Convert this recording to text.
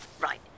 Right